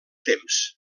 temps